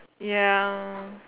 ya